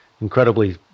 incredibly